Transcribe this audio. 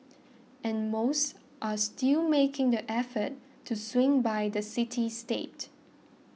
and most are still making the effort to swing by the city state